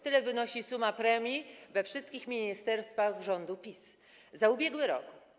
Tyle wynosi suma premii we wszystkich ministerstwach rządu PiS za ubiegły rok.